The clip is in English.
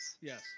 Yes